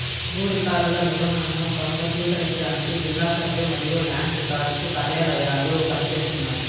భూ రికార్డుల నిర్వహణను క్రమబద్ధీకరించడానికి జిల్లా సర్వే మరియు ల్యాండ్ రికార్డ్స్ కార్యాలయాలు పని చేస్తున్నాయి